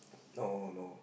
no no